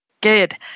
Good